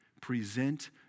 present